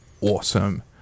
awesome